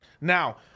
Now